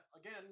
again